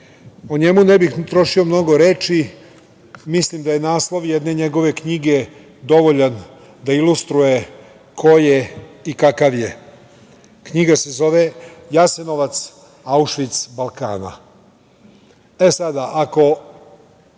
O njemu ne bih trošio mnogo reči, mislim da je naslov jedne njegove knjige dovoljan da ilustruje ko je i kakav je. Knjiga se zove „Jasenovac - Aušvic Balkana“.Ako